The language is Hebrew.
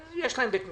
שיש להם בית משפט,